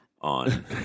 on